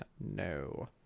no